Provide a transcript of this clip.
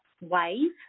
wave